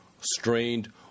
strained